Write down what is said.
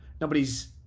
nobody's